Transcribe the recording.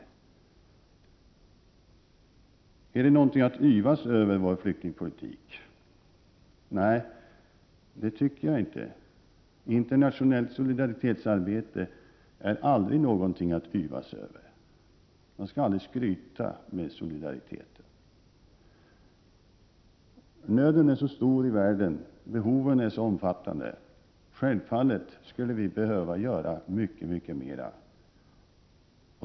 Är vår flyktingpolitik någonting att yvas över, undrar Maria Leissner. Nej, det tycker jag inte. Internationellt solidaritetsarbete är aldrig någonting att yvas över. Solidaritet skall man aldrig skryta med. Nöden i världen är så stor och behoven är så omfattande. Självfallet skulle vi behöva göra mycket mer.